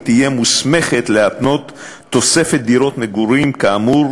תהיה מוסמכת להתנות תוספת דירות מגורים כאמור